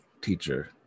teacher